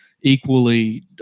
equally